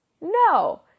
No